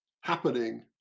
happening